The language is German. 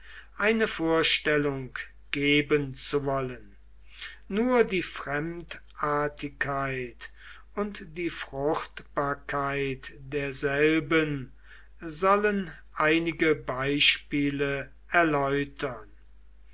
eine vorstellung geben zu wollen nur die fremdartigkeit und die fruchtbarkeit derselben sollen einige beispiele erläutern